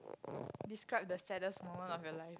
describe the saddest moment of your life